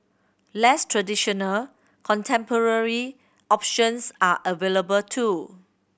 less traditional contemporary options are available too